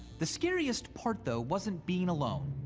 the scariest part, though, wasn't being alone.